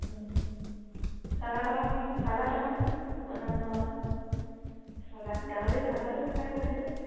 salad অকণ salad অকণ বনাব চালাড গাহৰি চালাডটো খাই ভালেই লাগে